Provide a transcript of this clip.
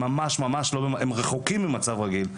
הם רחוקים ממצב רגיל.